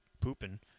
pooping